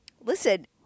Listen